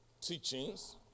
teachings